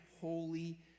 holy